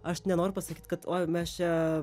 aš nenoriu pasakyt kad uoj mes čia